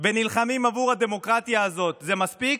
ונלחמים עבור הדמוקרטיה הזאת, זה מספיק,